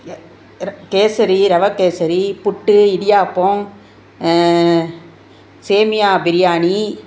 எ எற கேசரி ரவா கேசரி புட்டு இடியாப்பம் சேமியா பிரியாணி